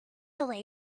your